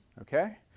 okay